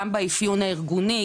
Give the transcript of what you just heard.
גם באפיות הארגוני,